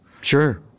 Sure